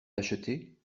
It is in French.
l’acheter